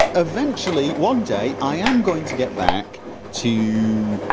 eventually, one day, i am going to get back to.